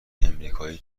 امریکایی